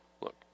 look